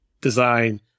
design